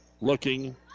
looking